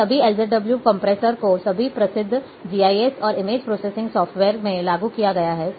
इन सभी LZW compressor को सभी प्रसिद्ध जीआईएस और इमेज प्रोसेसिंग सॉफ्टवेयर्स में लागू किया गया है